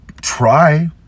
try